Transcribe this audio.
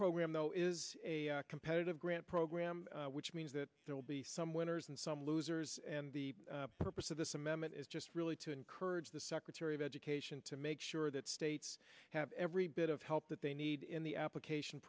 program though is a competitive grant program which means that there will be some winners and some losers and the purpose of this amendment is just really to encourage the secretary of education to make sure that states have every bit of help that they need in the application